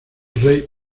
rey